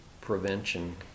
Prevention